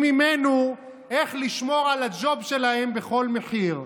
ממנו איך לשמור על הג'וב שלהם בכל מחיר.